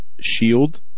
shield